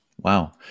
Wow